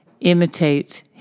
imitate